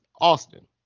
Austin